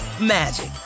magic